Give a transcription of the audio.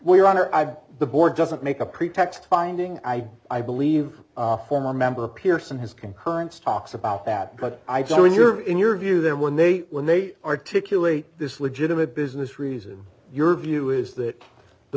have the board doesn't make a pretext finding i i believe a former member of pearson has concurrence talks about that but i just read your in your view there when they when they articulate this legitimate business reason your view is that the